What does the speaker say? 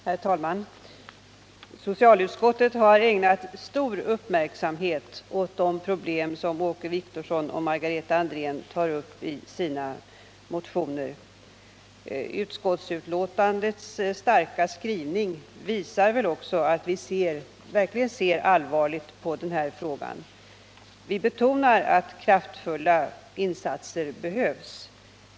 Herr talman! Socialutskottet har ägnat stor uppmärksamhet åt de problem som Åke Wictorsson och Margareta Andrén tar upp i sina motioner. Utskottets starka skrivning visar väl också att vi verkligen ser allvarligt på den här frågan. Vi betonar att kraftfulla insatser behövs.